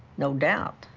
no doubt.